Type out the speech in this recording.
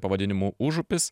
pavadinimu užupis